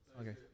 Okay